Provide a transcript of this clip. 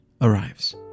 arrives